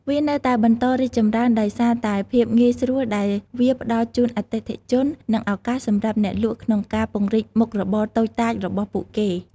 វានៅតែបន្តរីកចម្រើនដោយសារតែភាពងាយស្រួលដែលវាផ្តល់ជូនអតិថិជន និងឱកាសសម្រាប់អ្នកលក់ក្នុងការពង្រីកមុខរបរតូចតាចរបស់ពួកគេ។